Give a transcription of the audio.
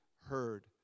heard